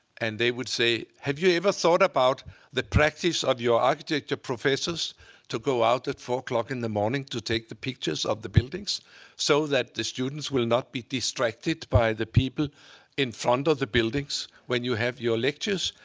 and they would say, have you ever thought about the practice of your architecture professors to go out at four o'clock in the morning to take the pictures of the buildings so that the students will not be distracted by the people in front of the buildings when you have your lectures?